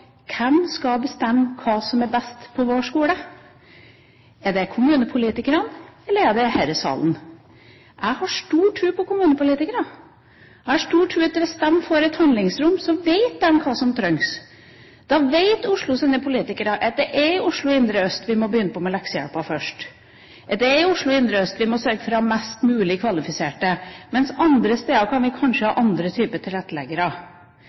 Hvem skal bestemme hva som er best på vår skole? Er det kommunepolitikerne, eller er det denne salen? Jeg har stor tro på kommunepolitikerne. Jeg har stor tro på at hvis de får et handlingsrom, så vet de hva som trengs. Da vet Oslos politikere at det er i Oslo indre øst vi må begynne med leksehjelpen først, at det er i Oslo indre øst vi må sørge for å ha flest mulig kvalifiserte, mens andre steder kan vi kanskje ha andre typer tilretteleggere.